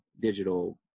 digital